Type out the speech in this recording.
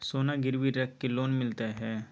सोना गिरवी रख के लोन मिलते है?